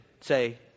say